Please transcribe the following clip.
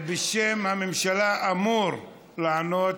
בשם הממשלה אמור לענות